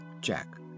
Jack